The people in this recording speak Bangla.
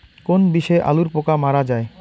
কোন বিষে আলুর পোকা মারা যায়?